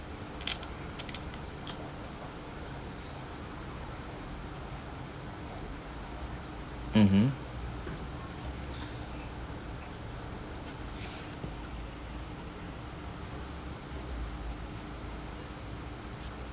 mmhmm